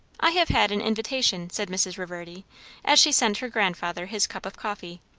i have had an invitation, said mrs. reverdy as she sent her grandfather his cup of coffee.